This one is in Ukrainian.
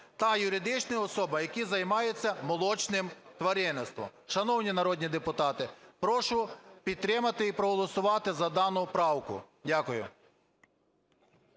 та юридичним особам, які займаються молочним тваринництвом. Шановні народні депутати, прошу підтримати і проголосувати за дану правку. Дякую.